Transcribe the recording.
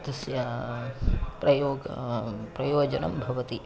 तस्य प्रयोगः प्रयोजनं भवति